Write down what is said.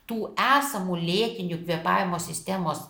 tų esamų lėtinių kvėpavimo sistemos